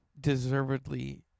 deservedly